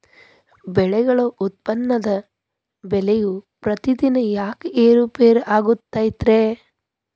ಬೆಳೆಗಳ ಉತ್ಪನ್ನದ ಬೆಲೆಯು ಪ್ರತಿದಿನ ಯಾಕ ಏರು ಪೇರು ಆಗುತ್ತೈತರೇ?